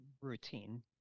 routine